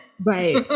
Right